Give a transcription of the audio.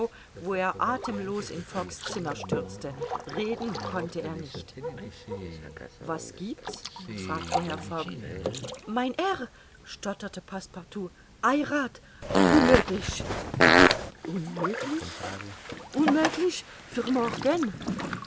wo er athemlos in fogg's zimmer stürzte reden konnte er nicht was giebt's fragte herr fogg mein herr stotterte passepartout heirat unmöglich unmöglich unmöglich